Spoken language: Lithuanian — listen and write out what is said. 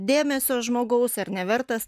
dėmesio žmogaus ar nevertas